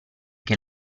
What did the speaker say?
che